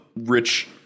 rich